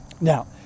Now